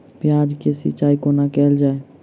प्याज केँ सिचाई कोना कैल जाए?